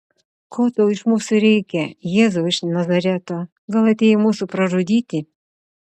ko tau iš mūsų reikia jėzau iš nazareto gal atėjai mūsų pražudyti